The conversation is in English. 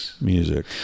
music